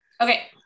Okay